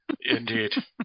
indeed